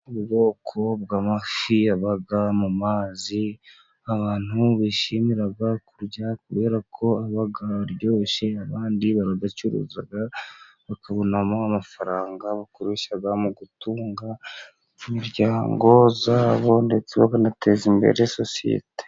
Ubwoko bw' amafi aba mu mazi, abantu bishimira kurya, kubera ko aba aryoshye, abandi barayacuruza bakabonamo amafaranga, bakoresha mu gutunga imiryango yabo, ndetse bakanateza imbere sosiyete.